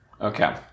Okay